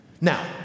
now